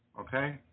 Okay